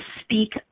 speak